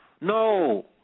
No